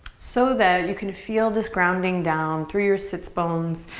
so that you can feel this grounding down through your sits bones.